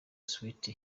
swift